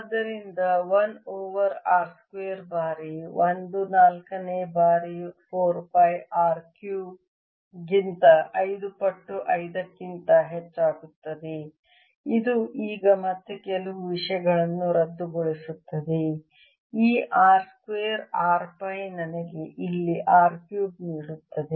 ಆದ್ದರಿಂದ 1 over R square ಬಾರಿ 1 4 ನೇ ಬಾರಿ 4 ಪೈ R Q ಗಿಂತ 5 ಪಟ್ಟು 5 ಕ್ಕಿಂತ ಹೆಚ್ಚಾಗುತ್ತದೆ ಇದು ಈಗ ಮತ್ತೆ ಕೆಲವು ವಿಷಯಗಳನ್ನು ರದ್ದುಗೊಳಿಸುತ್ತದೆ ಈ R ಸ್ಕ್ವೇರ್ R ಪೈ ನನಗೆ ಇಲ್ಲಿ R ಕ್ಯೂಬ್ ನೀಡುತ್ತದೆ